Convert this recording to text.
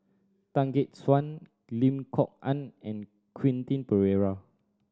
Tan Gek Suan Lim Kok Ann and Quentin Pereira